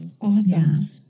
Awesome